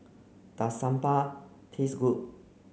does Sambar taste good